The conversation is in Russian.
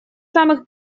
самых